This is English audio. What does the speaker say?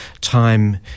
time